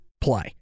play